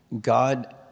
God